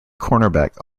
cornerback